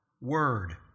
word